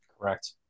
Correct